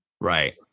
Right